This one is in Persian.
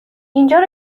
اینجا